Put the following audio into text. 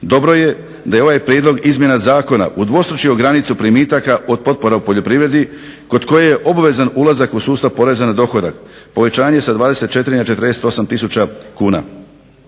Dobro je da je ovaj prijedlog izmjena zakona udvostručio granicu primitaka od potpora u poljoprivredi, kod koje je obavezan ulazak u sustav poreza na dohodak, povećanje sa 24 na 48 tisuća kuna.